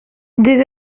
des